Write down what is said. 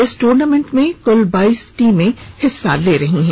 इस टूर्नामेंट में कुल बाइस टीमें हिस्सा ले रही हैं